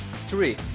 Three